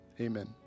amen